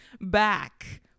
back